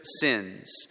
sins